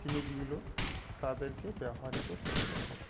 জিনিসগুলো তাদেরকে ব্যবহৃত করতে হয়